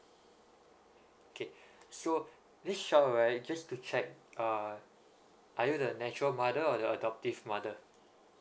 okay so this child right just to check uh are you the natural mother or the adoptive mother